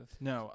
No